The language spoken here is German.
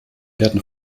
werden